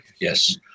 Yes